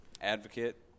advocate